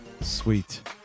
Sweet